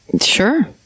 Sure